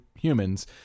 humans